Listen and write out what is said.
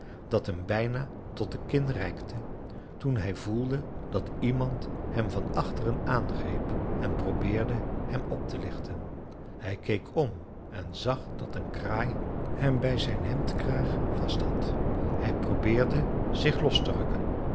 dat hem bijna tot de kin reikte toen hij voelde dat iemand hem van achteren aangreep en probeerde hem op te lichten hij keek om en zag dat een kraai hem bij zijn hemdkraag vast had hij probeerde zich los te rukken